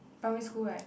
primary school right